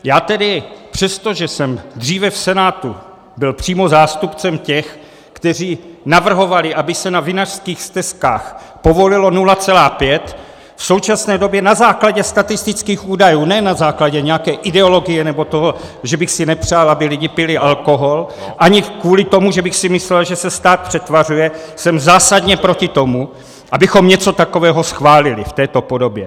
Já tedy, přestože jsem dříve v Senátu byl přímo zástupcem těch, kteří navrhovali, aby se na vinařských stezkách povolilo 0,5, v současné době na základě statistických údajů, ne na základě nějaké ideologie nebo toho, že bych si nepřál, aby lidé pili alkohol, ani kvůli tomu, že bych si myslel, že se stát přetvařuje, jsem zásadně proti tomu, abychom něco takového schválili v této podobě.